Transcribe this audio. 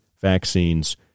vaccines